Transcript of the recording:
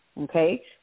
okay